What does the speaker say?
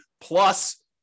plus